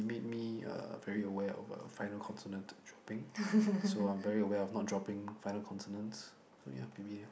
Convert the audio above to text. made me uh very aware of uh final consonant dropping so I'm very aware of not dropping final consonants so yeah P_P_L